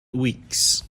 weeks